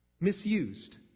Misused